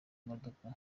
modoka